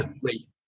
three